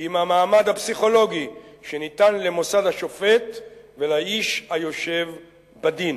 כי אם המעמד הפסיכולוגי שניתן למוסד השופט ולאיש היושב בדין.